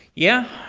yeah.